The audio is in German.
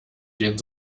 den